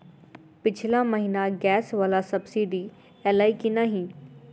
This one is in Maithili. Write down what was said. पिछला महीना गैस वला सब्सिडी ऐलई की नहि?